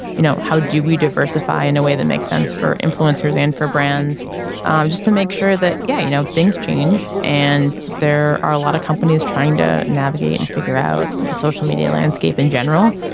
you know how do we diversify in a way that makes sense for influencers and for brands um just to make sure that. yeah. you know things change and there are a lot of companies trying to navigate and figure out the social media landscape in general.